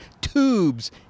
tubes